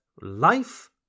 Life